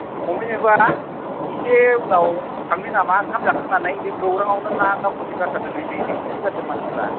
हमहैनो बा इसे उनाव थांनि नामा ओंखाम जाखांनानै बे गौरांआवनो ना दावखोसो गारथारदों नो जिं जिं मोनसो गारदों मानसिफ्रा